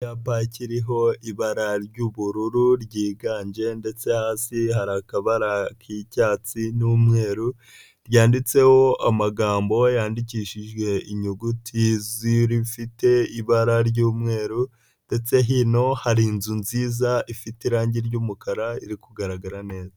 Icyapa kiriho ibara ry'ubururu, ryiganje ndetse hasi harikabara k'icyatsi n'umweru, ryanditseho amagambo yandikishijwe inyuguti zifite ibara ry'umweru ndetse hino hari inzu nziza ifite irangi ry'umukara, iri kugaragara neza.